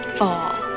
fall